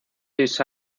seis